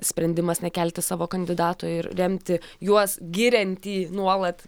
sprendimas nekelti savo kandidato ir remti juos giriantį nuolat